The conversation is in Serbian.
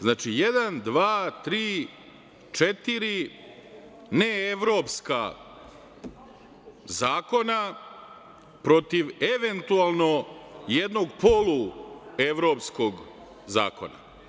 Znači, jedan, dva, tri, četiri, ne evropska zakona protiv eventualno jednog poluevropskog zakona.